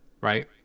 right